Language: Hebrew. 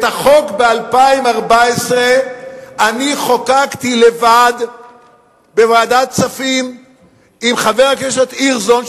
את החוק ב-2004 אני חוקקתי לבד בוועדת הכספים עם חבר הכנסת הירשזון,